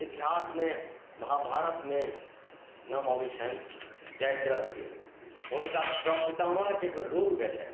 इतिहासमे महाभारतमे नाम अबैत छैन्ह जयद्रथके हुनका प्रपितामहके एगो रोग भेलनि